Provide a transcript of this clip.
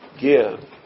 give